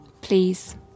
Please